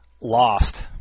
Lost